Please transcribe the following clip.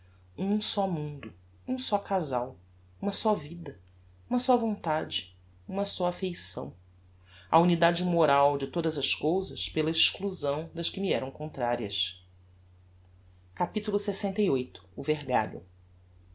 um só mundo um só casal uma só vida uma só vontade uma só affeição a unidade moral de todas as cousas pela exclusão das que me eram contrarias capitulo lxviii o vergalho